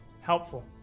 helpful